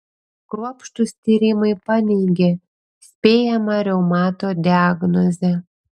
kruopštūs tyrimai paneigė spėjamą reumato diagnozę